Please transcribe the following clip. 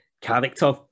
character